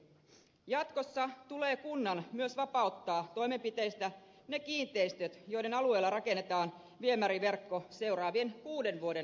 jatkossa tulee kunnan myös vapauttaa toimenpiteistä ne kiinteistöt joiden alueella rakennetaan viemäriverkko seuraavien kuuden vuoden sisällä